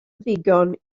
ddigon